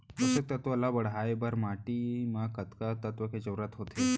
पोसक तत्व ला बढ़ाये बर माटी म कतका तत्व के जरूरत होथे?